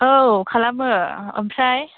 औ खालामो ओमफ्राय